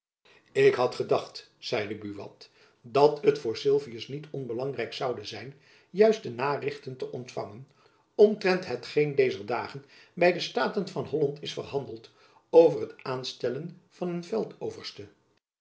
ik had gedacht zeide buat dat het voor sylvius niet onbelangrijk zoude zijn juiste narichten te ontfangen omtrent hetgeen dezer dagen by de staten van holland is verhandeld over het aanstellen van een